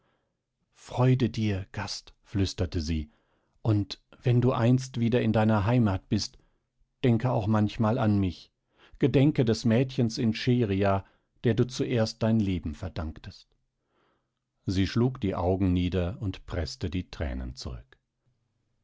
freude dir gast flüsterte sie und wenn du einst wieder in deiner heimat bist denke auch manchmal an mich gedenke des mädchens in scheria der du zuerst dein leben verdanktest sie schlug die augen nieder und preßte die thränen zurück